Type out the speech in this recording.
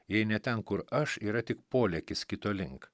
jei ne ten kur aš yra polėkis kito link